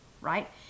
right